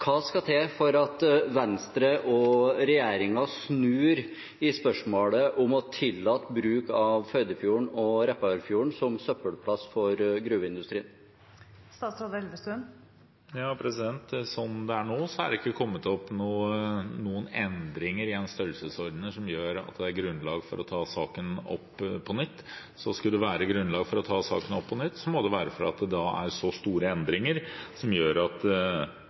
Hva skal til for at Venstre og regjeringen snur i spørsmålet om å tillate bruk av Førdefjorden og Repparfjorden som søppelplass for gruveindustrien? Som det er nå, er det ikke kommet opp noen endringer i en størrelsesorden som gjør at det er grunnlag for å ta saken opp på nytt. Skulle det være grunnlag for å ta saken opp på nytt, må det være fordi det er så store endringer at